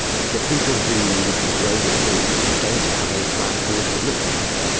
the people who drove it through don't have a plan for what it looks like.